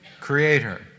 creator